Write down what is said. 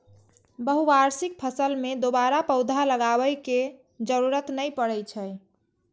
बहुवार्षिक फसल मे दोबारा पौधा लगाबै के जरूरत नै पड़ै छै